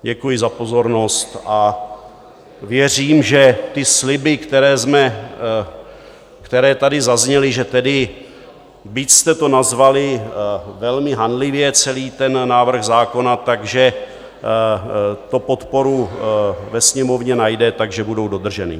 Děkuji za pozornost a věřím, že sliby, které jsme... které tady zazněly, že tedy byť jste to nazvali velmi hanlivě, celý ten návrh zákona, tak že to podporu ve Sněmovně najde, takže budou dodrženy.